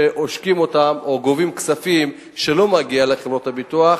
שעושקים אותם או גובים כספים שלא מגיעים לחברות הביטוח,